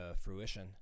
fruition